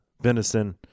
venison